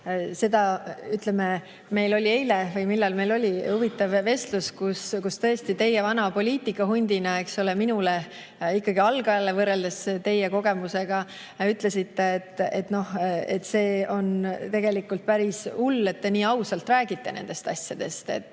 kogu aeg. Meil oli eile, või millal see oli, huvitav vestlus, kus tõesti teie vana poliitikahundina, eks ole, minule, ikkagi algajale võrreldes teie kogemusega, ütlesite, et see on tegelikult päris hull, et te nii ausalt räägite nendest asjadest.